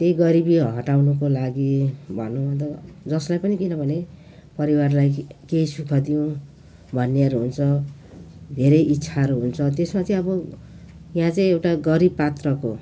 त्यही गरिबी हटाउनुको लागि भनौँ जसले पनि किनभने परिवारलाई केही सुख दिऊँ भन्नेहरू हुन्छ धेरै इच्छाहरू हुन्छ त्यसमा चाहिँ अब यहाँ चाहिँ एउटा गरिब पात्रको